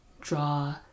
draw